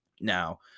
Now